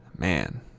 Man